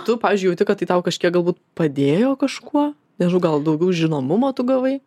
tu pavyzdžiui jauti kad tai tau kažkiek galbūt padėjo kažkuo nežinau gal daugiau žinomumo tu gavai